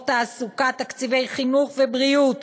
מקורות תעסוקה, תקציבי חינוך ובריאות,